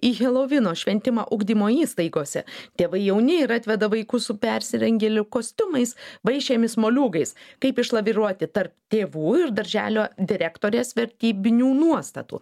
į helovyno šventimą ugdymo įstaigose tėvai jauni ir atveda vaikus su persirengėlių kostiumais vaišėmis moliūgais kaip išlaviruoti tarp tėvų ir darželio direktorės vertybinių nuostatų